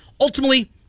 Ultimately